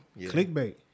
Clickbait